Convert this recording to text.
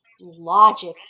logic